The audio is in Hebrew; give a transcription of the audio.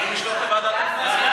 הכנסת לדון בעניין הקמת ועדה משותפת.